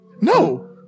No